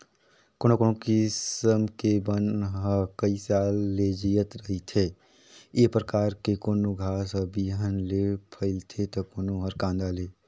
कोनो कोनो किसम के बन ह कइ साल ले जियत रहिथे, ए परकार के कोनो घास हर बिहन ले फइलथे त कोनो हर कांदा ले